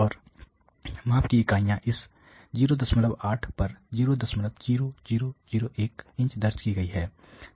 और माप की इकाइयाँ इस 08000 पर 00001 इंच दर्ज की गई हैं